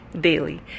daily